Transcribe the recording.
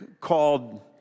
called